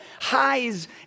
highs